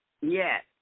Yes